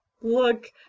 Look